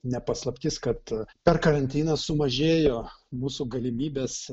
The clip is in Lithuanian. ne paslaptis kad per karantiną sumažėjo mūsų galimybės